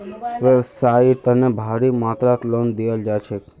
व्यवसाइर तने भारी मात्रात लोन दियाल जा छेक